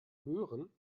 hören